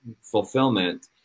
fulfillment